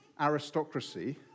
aristocracy